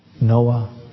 Noah